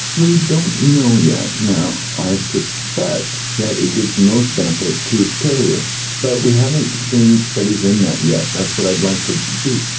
we don't know yet. now i suspect that it gives the most benefit to its carriers. but we haven't seen studies in that yet. that's what i'd like to do.